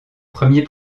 premier